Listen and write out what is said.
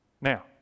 Now